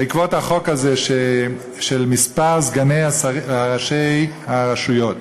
בעקבות החוק הזה, של מספר סגני ראשי הרשויות,